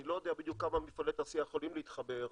אני לא יודע בדיוק כמה מפעלי תעשייה יכולים להתחבר,